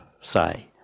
say